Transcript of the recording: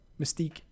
mystique